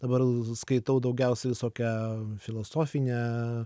dabar skaitau daugiausia visokią filosofinę